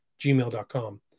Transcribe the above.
gmail.com